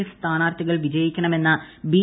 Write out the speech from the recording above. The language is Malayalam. എഫ് സ്ഥാനാർത്ഥികൾ വിജയിക്കണമെന്ന ബി